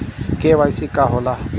KYC का होला?